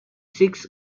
six